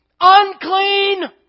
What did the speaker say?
Unclean